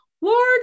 Lord